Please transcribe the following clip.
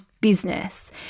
business